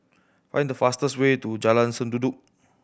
find the fastest way to Jalan Sendudok